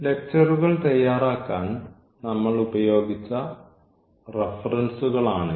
ലെക്ച്ചറുകൾ തയ്യാറാക്കാൻ നമ്മൾ ഉപയോഗിച്ച റഫറൻസുകളാണിത്